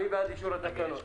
מי בעד אישור התקנות?